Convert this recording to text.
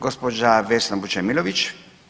Gospođa Vesna Vučemilović.